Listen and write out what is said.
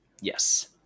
yes